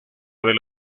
del